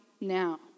now